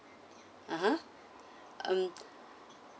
(uh huh) um